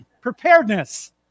Preparedness